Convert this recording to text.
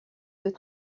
deux